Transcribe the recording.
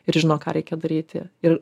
ir žino ką reikia daryti ir